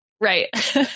Right